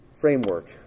framework